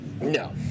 No